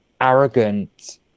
arrogant